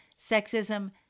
sexism